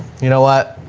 you know what,